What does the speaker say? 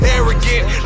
Arrogant